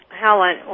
Helen